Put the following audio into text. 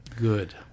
Good